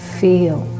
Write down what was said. feel